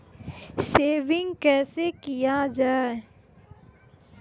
Saving कैसै किया जाय?